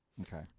Okay